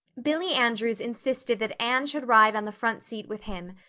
billy andrews insisted that anne should ride on the front seat with him,